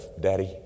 daddy